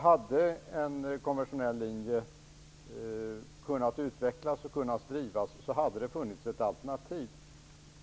Hade en konventionell linje kunnat utvecklas och drivas hade det funnits ett alternativ.